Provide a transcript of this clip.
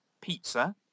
pizza